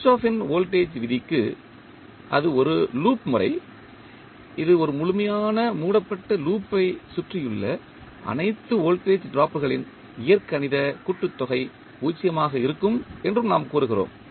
கிர்ச்சோஃப்பின் வோல்டேஜ் விதிக்கு அது ஒரு லூப் முறை இது ஒரு முழுமையான மூடப்பட்ட லூப்பை சுற்றியுள்ள அனைத்து வோல்டேஜ் டிராப்களின் இயற்கணித கூட்டுத் தொகை பூஜ்ஜியமாக இருக்கும் என்றும் நாம் கூறுகிறோம்